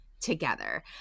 together